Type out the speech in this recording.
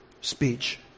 speech